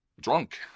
drunk